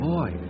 Boy